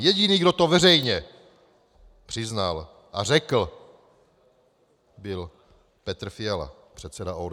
Jediný, kdo to veřejně přiznal a řekl, byl Petr Fiala, předseda ODS.